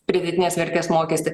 pridėtinės vertės mokestį